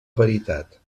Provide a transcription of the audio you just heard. veritat